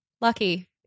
Lucky